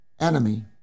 enemy